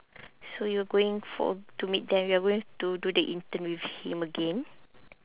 so you're going for to meet them you are going to do the intern with him again